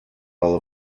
all